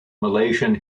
malaysian